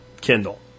Kindle